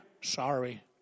sorry